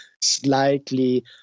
slightly